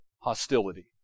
hostility